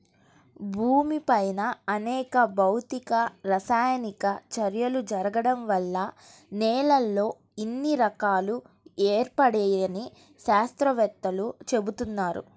భూమిపైన అనేక భౌతిక, రసాయనిక చర్యలు జరగడం వల్ల నేలల్లో ఇన్ని రకాలు ఏర్పడ్డాయని శాత్రవేత్తలు చెబుతున్నారు